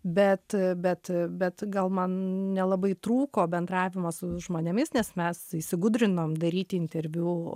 bet bet bet gal man nelabai trūko bendravimo su žmonėmis nes mes įsigudrinom daryti interviu